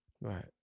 right